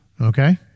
Okay